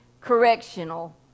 correctional